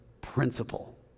principle